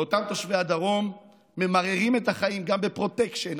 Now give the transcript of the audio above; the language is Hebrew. לאותם תושבי הדרום ממררים את החיים גם בפרוטקשן,